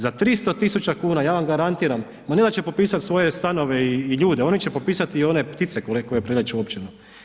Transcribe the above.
Za 300.000 kuna ja vam garantiram, ma ne da će popisati svoje stanove i ljude, oni će popisati i one ptice koje prelijeću općinu.